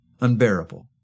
unbearable